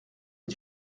est